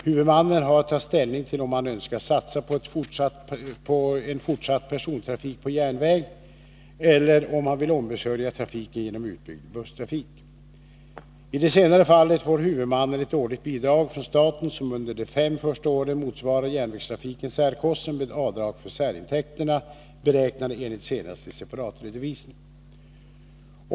Huvudmannen har att ta ställning till om han önskar satsa på en fortsatt persontrafik på järnväg eller om han vill ombesörja trafiken genom utbyggd busstrafik. I det senare fallet får huvudmannen ett årligt bidrag från staten som under de fem första åren motsvarar järnvägstrafikens särkostnader med avdrag för särintäkterna, beräknade enligt senaste separatredovisning.